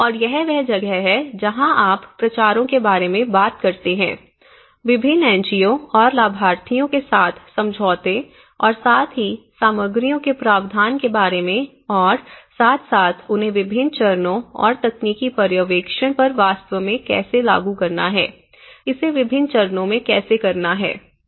और यह वह जगह है जहां आप प्रचारों के बारे में बात करते हैं विभिन्न एनजीओ और लाभार्थियों के साथ समझौते और साथ ही सामग्रियों के प्रावधान के बारे में और साथ साथ उन्हें विभिन्न चरणों और तकनीकी पर्यवेक्षण पर वास्तव में कैसे लागू करना है इसे विभिन्न चरणों में कैसे करना है